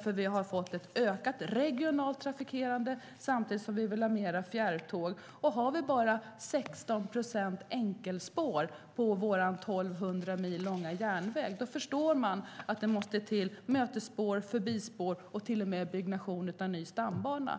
för vi har fått en ökad regional trafik samtidigt som vi vill ha fler fjärrtåg. Finns det bara 16 procent enkelspår på vår 1 200 mil långa järnväg, förstår man att det måste till mötesspår, förbispår och till och med byggnation av ny stambana.